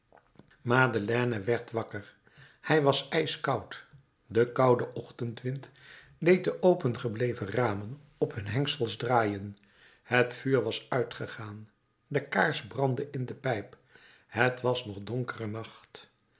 madeleine werd wakker hij was ijskoud de koude ochtendwind deed de opengebleven ramen op hun hengels draaien het vuur was uitgegaan de kaars brandde in de pijp het was nog donkere nacht